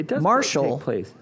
Marshall